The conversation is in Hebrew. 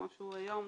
כמו שהוא היום,